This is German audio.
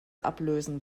ablösen